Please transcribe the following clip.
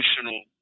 emotional